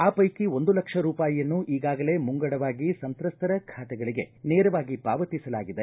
ಆ ಪೈಕಿ ಒಂದು ಲಕ್ಷ ರೂಪಾಯಿಯನ್ನು ಈಗಾಗಲೇ ಮುಂಗಡವಾಗಿ ಸಂತ್ರಸ್ತರ ಖಾತೆಗಳಿಗೆ ನೇರವಾಗಿ ಪಾವತಿಸಲಾಗಿದೆ